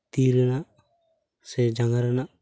ᱛᱤ ᱨᱮᱱᱟᱜ ᱥᱮ ᱡᱟᱝᱜᱟ ᱨᱮᱱᱟᱜ